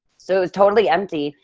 so it was totally empty.